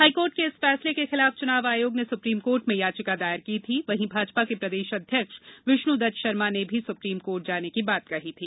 high court के इस फैसले के खिलाफ चुनाव आयोग ने सुप्रीम कोर्ट में याचिका दायर की थी वहीं भाजपा के प्रदेश अध्यक्ष विष्णुदत्त शर्मा ने भी सुप्रीम कोर्ट जाने की बात कही थी